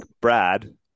Brad